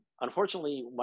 Unfortunately